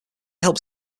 helps